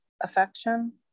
affection